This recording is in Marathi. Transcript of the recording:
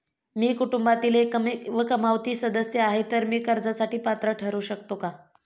मी कुटुंबातील एकमेव कमावती सदस्य आहे, तर मी कर्जासाठी पात्र ठरु शकतो का?